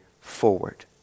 forward